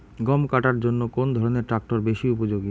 গম কাটার জন্য কোন ধরণের ট্রাক্টর বেশি উপযোগী?